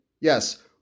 yes